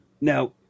Now